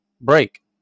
break